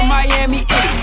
Miami